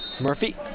Murphy